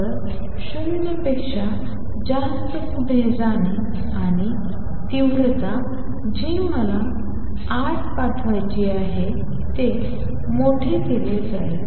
तर 0 पेक्षा जास्त पुढे जाणे आणि तीव्रता जी मला आत पाठवायचे आहे ते मोठे केले जाईल